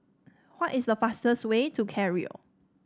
what is the fastest way to Cairo